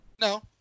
No